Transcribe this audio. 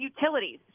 utilities